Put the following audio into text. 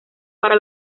para